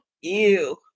ew